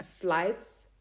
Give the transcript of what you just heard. flights